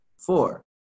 Four